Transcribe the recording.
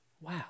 Wow